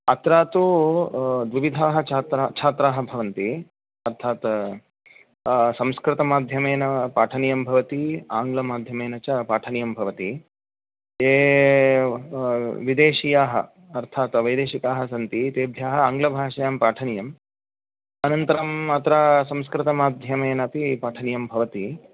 अत्र तू द्विविधाः छात्राः छात्राः भवन्ति अर्थात् संस्कृतमाध्यमेन पाठनीयं भवति आङ्ग्लमाध्यमेन च पाठनीयं भवति ये विदेशियाः अर्थात् वैदेशिकाः सन्ति तेभ्यः आङ्ग्लभाषायां पाठनीयम् अनन्तरम् अत्र संस्कृतमाध्यमेन अपि पाठनीयं भवति